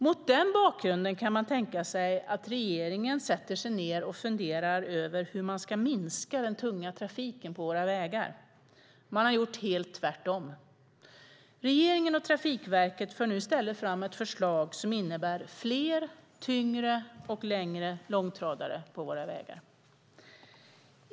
Mot den bakgrunden kan man tänka sig att regeringen sätter sig ned och funderar över hur man kan minska den tunga trafiken på våra vägar. Man har gjort helt tvärtom. Regeringen och Trafikverket för nu i stället fram ett förslag som innebär fler, tyngre och längre långtradare på våra vägar.